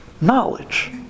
knowledge